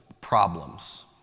problems